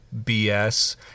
BS